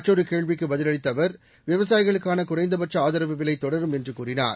மற்றொரு கேள்விக்கு பதிலளித்த அவர் விவாயிகளுக்கான குறைந்த பட்ச ஆதரவு விலை தொடரும் என்று கூறினார்